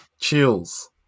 Chills